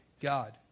God